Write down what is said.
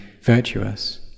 virtuous